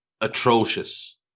atrocious